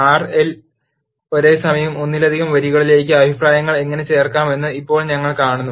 R ൽ ഒരേസമയം ഒന്നിലധികം വരികളിലേക്ക് അഭിപ്രായങ്ങൾ എങ്ങനെ ചേർക്കാമെന്ന് ഇപ്പോൾ ഞങ്ങൾ കാണും